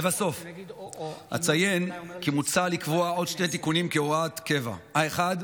לבסוף אציין כי מוצע לקבוע עוד שני תיקונים כהוראת קבע: האחד,